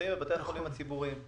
נמצאים בבתי החולים הציבוריים.